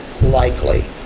likely